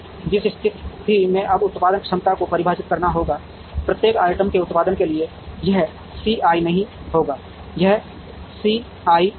जिस स्थिति में अब उत्पादन क्षमता को परिभाषित करना होगा प्रत्येक आइटम के उत्पादन के लिए यह C i नहीं होगा यह C i l होगा